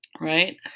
Right